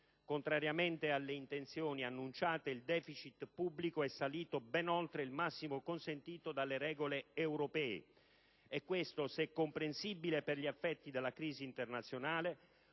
Contrariamente alle intenzioni annunciate, il deficit pubblico è salito ben oltre il massimo consentito dalle regole europee. E questo, se è comprensibile per gli effetti della crisi internazionale,